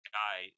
guy